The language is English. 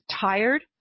tired